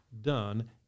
done